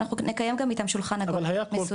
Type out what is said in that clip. אנחנו נקיים איתם גם שולחן עגול מסודר.